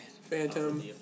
Phantom